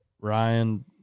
Ryan